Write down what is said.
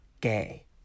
gay